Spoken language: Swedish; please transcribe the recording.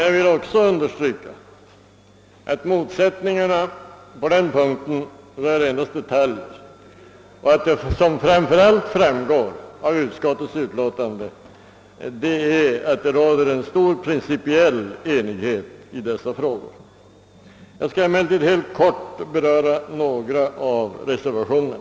Jag vill också understryka att motsättningarna endast rör detaljer och att det — såsom framgår av utskottets utlåtande — råder stor principiell enighet i dessa frågor. Jag skall emellertid helt kort beröra några av reservationerna.